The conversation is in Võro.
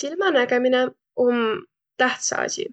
Silmänägemine um tähtsä asi.